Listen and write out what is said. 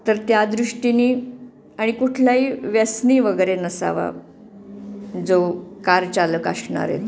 तर त्या दृष्टीने आणि कुठलाही व्यसनी वगैरे नसावा जो कारचालक असणार आहे तो